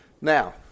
Now